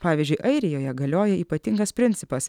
pavyzdžiui airijoje galioja ypatingas principas